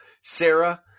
Sarah